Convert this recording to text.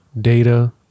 data